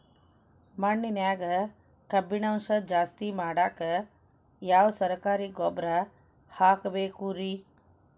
ಮಣ್ಣಿನ್ಯಾಗ ಕಬ್ಬಿಣಾಂಶ ಜಾಸ್ತಿ ಮಾಡಾಕ ಯಾವ ಸರಕಾರಿ ಗೊಬ್ಬರ ಹಾಕಬೇಕು ರಿ?